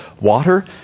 water